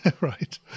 Right